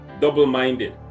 double-minded